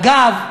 אגב,